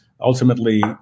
ultimately